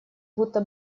будто